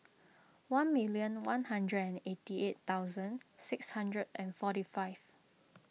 one million one hundred and eighty eight thousand six hundred and forty five